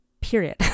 Period